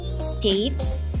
states